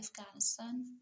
Afghanistan